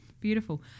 Beautiful